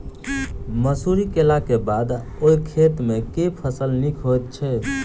मसूरी केलाक बाद ओई खेत मे केँ फसल नीक होइत छै?